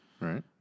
Right